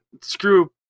screw